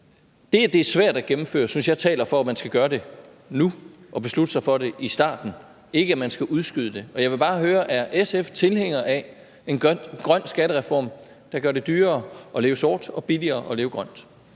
det er svært at gennemføre, synes jeg taler for, at man skal gøre det nu og beslutte sig for det i starten, ikke at man skal udskyde det. Jeg vil bare høre: Er SF tilhænger af en grøn skattereform, der gør det dyrere at leve sort og billigere at leve grønt?